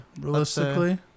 Realistically